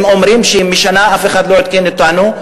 הם אומרים ששנה אף אחד לא עדכן אותם.